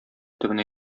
төбенә